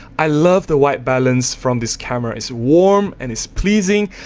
i love the white balance from this camera, it's warm and it's pleasing.